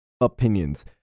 opinions